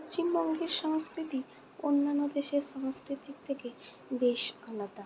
পশ্চিমবঙ্গের সংস্কৃতি অন্যান্য দেশের সংস্কৃতির থেকে বেশ আলাদা